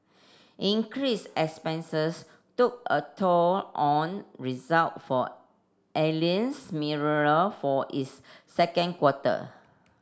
increased expenses took a toll on result for Alliance Mineral for its second quarter